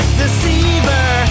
deceiver